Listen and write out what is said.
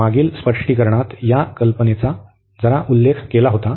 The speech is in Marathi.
मागील स्पष्टीकरणात या कल्पनेचा जरा उल्लेख केला होता